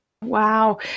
Wow